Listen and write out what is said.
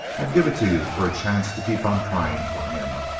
i'd give it to you for a chance to keep on trying for him.